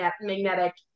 magnetic